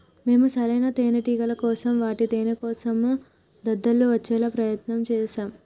మేము సరైన తేనేటిగల కోసం వాటి తేనేకోసం దద్దుర్లు వచ్చేలా ప్రయత్నం చేశాం